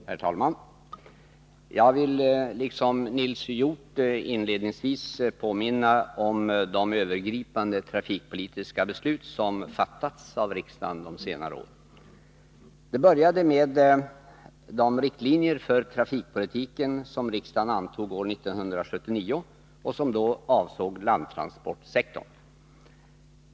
Herr talman! Jag vill, liksom Nils Hjorth, inledningsvis påminna om de övergripande trafikpolitiska beslut som de senaste åren fattats av riksdagen. Det började med de riktlinjer för trafikpolitiken som riksdagen antog år 1979 och som då avsåg landtransportsektorn.